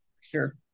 Sure